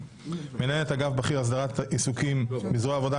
מנהלת אגף בכיר אסדרת עיסוקים בזרע העבודה,